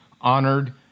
honored